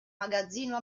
magazzino